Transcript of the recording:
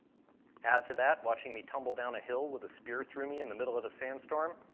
add to that watching me tumble down a hill with a spear through me in the middle of a sandstorm,